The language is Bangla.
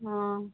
ও